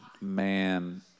man